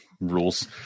rules